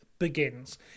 Begins